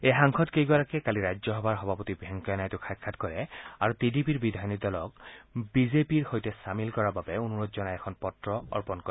এই সাংসদকেইগৰাকীয়ে কালি ৰাজ্যসভাৰ সভাপতি ভেংকায়া নাইডুক সাক্ষাৎ কৰে আৰু টি ডি পিৰ বিধায়িনী দলক বিজেপিৰ সৈতে চামিল কৰাৰ বাবে অনুৰোধ জনাই এখন পত্ৰ অৰ্পণ কৰে